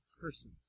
person